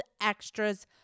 extras